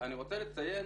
אני רוצה לציין